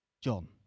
John